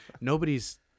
nobody's